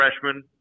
freshman